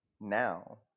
now